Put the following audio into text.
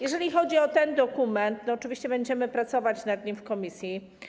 Jeżeli chodzi o ten dokument, oczywiście będziemy pracować nad nim w komisji.